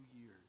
years